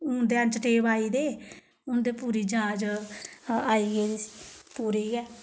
हून ते एंचीटेप आई गेदे हून ते पूरी जाह्च आई गेदी पूरी गै